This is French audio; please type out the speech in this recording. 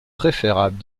préférable